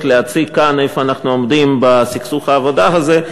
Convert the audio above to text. להציג כאן איפה אנחנו עומדים בסכסוך העבודה הזה,